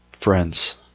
friends